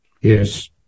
Yes